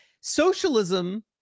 Socialism